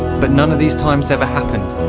but none of these times ever happened,